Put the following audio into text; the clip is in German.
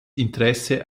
interesse